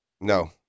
No